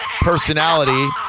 personality